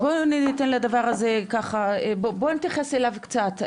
אז בואו ניתן לדבר הזה ככה, בואו נתייחס אליו קצת.